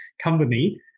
company